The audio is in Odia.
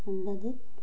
ସମ୍ବାଦ